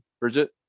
Bridget